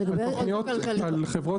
--- על חברות כלכליות.